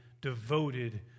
devoted